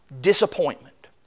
disappointment